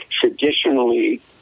traditionally